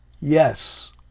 Yes